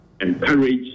encourage